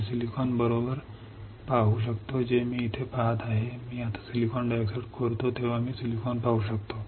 मी silicon बरोबर पाहू शकतो जे मी इथे पहात आहे मी आता सिलिकॉन डायऑक्साइड खोदतो तेव्हा मी सिलिकॉन पाहू शकतो